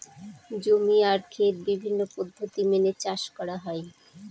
জমি আর খেত বিভিন্ন পদ্ধতি মেনে চাষ করা হয়